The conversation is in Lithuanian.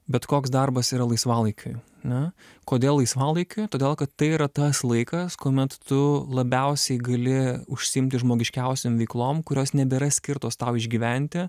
bet koks darbas yra laisvalaikiui ane kodėl laisvalaikiui todėl kad tai yra tas laikas kuomet tu labiausiai gali užsiimti žmogiškiausiom veiklom kurios nebėra skirtos tau išgyventi